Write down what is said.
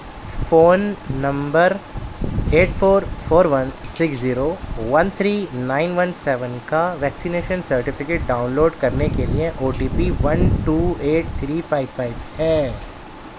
phone number eight four four one six zero one three nine one seven کا vaccination certificate download کرنے کے لیے O T P one two eight three five five ہے